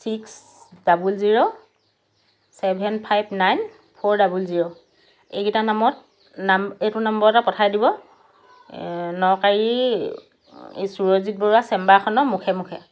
six double zero seven five nine four double zero এইকেইটা নাম এইটো নম্বৰতে পঠাই দিব নকাৰি এই সুৰজিৎ বৰুৱাৰ চেম্বাৰখনৰ মুখে মুখে